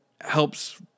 helps